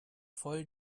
voll